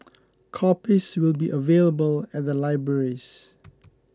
copies will be available at the libraries